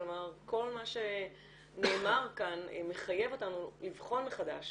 כלומר כל מה שנאמר כאן מחייב אותנו לבחון מחדש